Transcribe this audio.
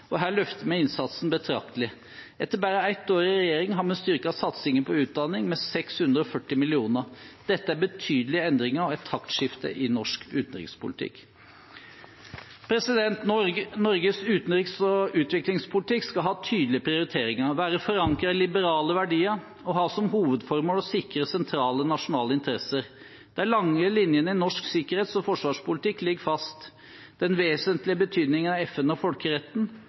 og her løfter vi innsatsen betraktelig. Etter bare ett år i regjering har vi styrket satsingen på utdanning med 640 mill. kr. Dette er betydelige endringer og et taktskifte i norsk utenrikspolitikk. Norges utenriks- og utviklingspolitikk skal ha tydelige prioriteringer, være forankret i liberale verdier og ha som hovedformål å sikre sentrale nasjonale interesser. De lange linjene i norsk sikkerhets- og forsvarspolitikk ligger fast: den vesentlige betydningen av FN og folkeretten